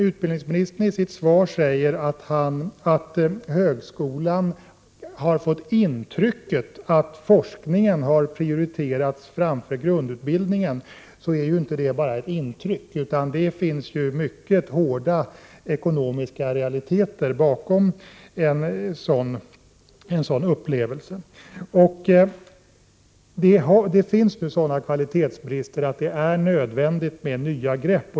Utbildningsministern säger i sitt svar att högskolan har ”fått intrycket” att forskningen har prioriterats framför grundutbildningen, men det är inte bara ett intryck utan det finns mycket hårda ekonomiska realiteter bakom en sådan upplevelse. Det finns sådana kvalitetsbrister att det är nödvändigt med nya grepp.